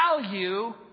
value